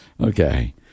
Okay